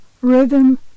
rhythm